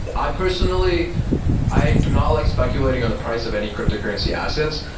i personally i do not like speculating on the price of any cryptocurrency assets,